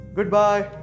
Goodbye